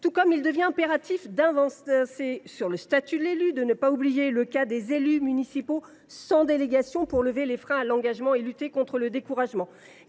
Il convient également d’avancer sur le statut de l’élu, sans oublier le cas des élus municipaux sans délégation, pour lever les freins à l’engagement et lutter contre le découragement.